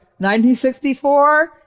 1964